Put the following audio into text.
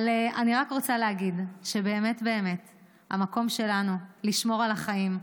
אבל אני רק רוצה להגיד שבאמת באמת המקום שלנו לשמור על החיים,